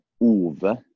O-V-E